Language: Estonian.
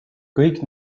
kõik